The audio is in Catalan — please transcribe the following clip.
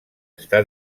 està